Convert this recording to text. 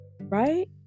right